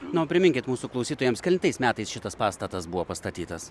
nu priminkit mūsų klausytojams kelintais metais šitas pastatas buvo pastatytas